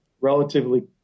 relatively